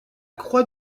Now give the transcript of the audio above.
croix